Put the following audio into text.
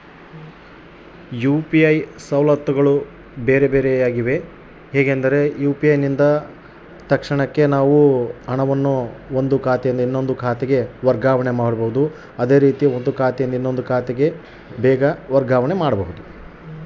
UPI ಬೇರೆ ಬೇರೆ ಸವಲತ್ತುಗಳೇನು?